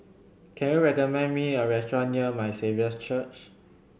can you recommend me a restaurant near My Saviour's Church